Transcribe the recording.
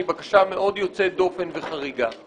היא בקשה מאוד יוצאת דופן וחריגה?